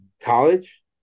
college